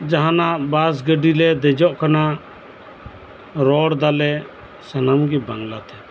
ᱡᱟᱦᱟᱸᱱᱟᱜ ᱵᱟᱥ ᱜᱟᱹᱰᱤ ᱞᱮ ᱫᱮᱡᱚᱜ ᱠᱟᱱᱟ ᱨᱚᱲ ᱮᱫᱟᱞᱮ ᱥᱟᱱᱟᱢ ᱜᱮ ᱵᱟᱝᱞᱟᱛᱮ